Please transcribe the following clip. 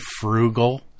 frugal